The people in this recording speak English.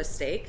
mistake